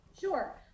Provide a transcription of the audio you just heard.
Sure